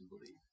believe